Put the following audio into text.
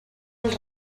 els